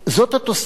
התוספת הגדולה.